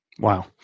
Wow